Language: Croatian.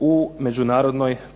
u međunarodnoj plovidbi.